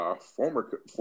Former